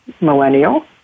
millennial